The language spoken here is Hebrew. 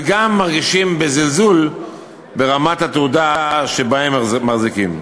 וגם מרגישים בזלזול ברמת התעודה שבה הם מחזיקים.